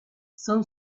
some